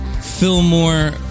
Fillmore